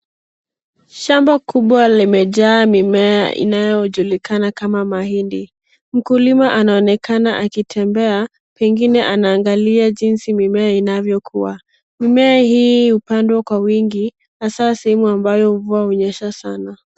Shamba kubwa limejaa mimea inayojulikana kama mahindi, mkulima anaonekana akitembea pengine anaangalia jinsi mimea inavyokua. Mimea hii hupandwa kwa wingi hasaa sehemu mvua hunyesha sana.